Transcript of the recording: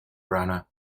branagh